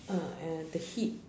uh and the heat